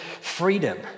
freedom